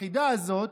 החידה הזאת,